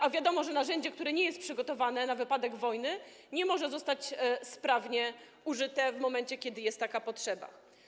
A wiadomo, że narzędzie, które nie jest przygotowane na wypadek wojny, nie może zostać sprawnie użyte, w momencie kiedy jest taka potrzeba.